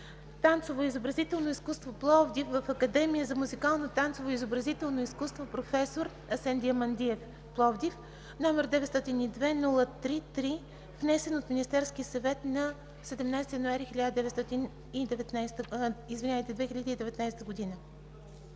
танцово и изобразително изкуство – Пловдив, в Академия за музикално, танцово и изобразително изкуство „Професор Асен Диамандиев“ – Пловдив, № 902-03-3, внесен от Министерския съвет на 17 януари 2019 г.“